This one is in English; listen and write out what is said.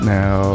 now